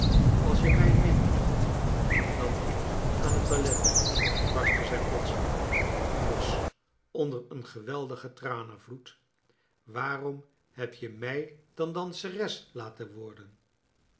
als je mij minacht omdat ik aan het ballet ben barstte zij plotseling los onder een geweldigen tranenvloed waarom heb je mij dan danseres laten worden